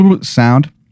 sound